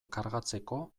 kargatzeko